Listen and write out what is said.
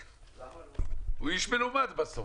גם אנחנו היינו מעדיפים שזה לא יהיה באמצעות חוק